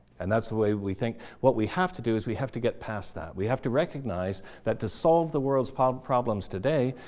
and that's the way we think. what we have to do is we have to get past that. we have to recognize that to solve the world's problems problems today,